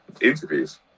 interviews